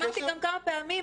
אמרתי גם כמה פעמים,